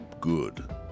good